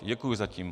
Děkuju zatím.